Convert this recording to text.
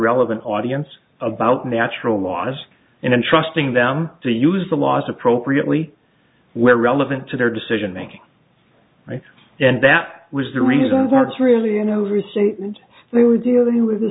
relevant audience about natural laws and i'm trusting them to use the laws appropriately where relevant to their decision making and that was the reasons aren't really an overstatement they were dealing with